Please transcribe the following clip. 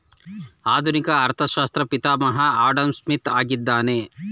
ಆಧುನಿಕ ಅರ್ಥಶಾಸ್ತ್ರ ಪಿತಾಮಹ ಆಡಂಸ್ಮಿತ್ ಆಗಿದ್ದಾನೆ